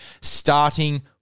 starting